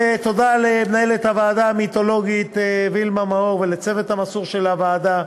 תודה למנהלת הוועדה המיתולוגית וילמה מאור ולצוות המסור של הוועדה: